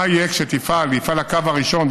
מה יהיה כשיפעל הקו הראשון,